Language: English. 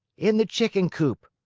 in the chicken coop.